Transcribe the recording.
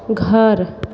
घर